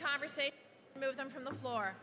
conversation move them from the floor